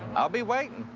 i'll be waitin'.